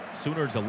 Sooners